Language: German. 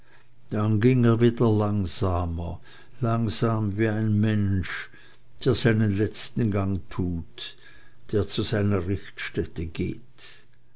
dann ging er wieder langsamer langsam wie ein mensch der seinen letzten gang tut der zu seiner richtstätte geht